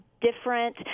different